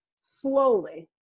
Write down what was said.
Slowly